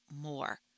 more